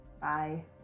Bye